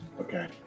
Okay